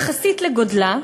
יחסית לגודלה,